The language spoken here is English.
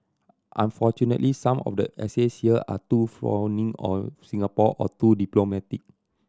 unfortunately some of the essays here are too fawning of Singapore or too diplomatic